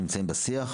נמצאים בשיח?